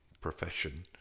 profession